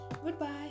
Goodbye